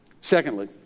Secondly